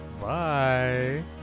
Bye